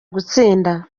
gutsinda